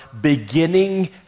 beginning